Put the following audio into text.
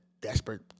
desperate